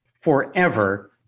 forever